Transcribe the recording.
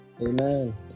Amen